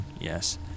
Yes